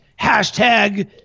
hashtag